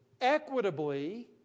equitably